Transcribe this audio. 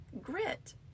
grit